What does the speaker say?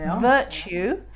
virtue